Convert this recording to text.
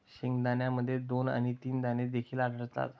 शेंगदाण्यामध्ये दोन आणि तीन दाणे देखील आढळतात